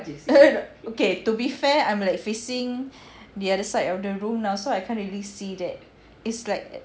okay to be fair I'm like facing the other side of the room now so I can't really see that it's like